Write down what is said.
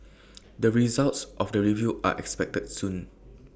the results of the review are expected soon